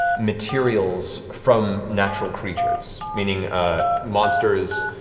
materials from natural creatures, meaning monsters,